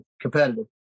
competitive